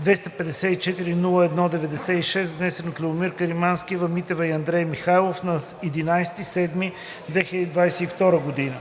47-254-01-96, внесен от Любомир Каримански, Ива Митева и Андрей Михайлов на 11 юли 2022 г.